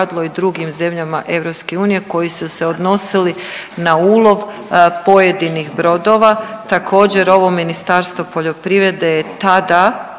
u drugim zemljama EU koji su se odnosili na ulov pojedinih brodova. Također ovo Ministarstvo poljoprivrede je tada,